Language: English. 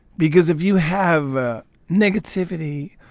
because if you have ah negativity